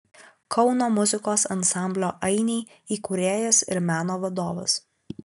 kauno muzikos ansamblio ainiai įkūrėjas ir meno vadovas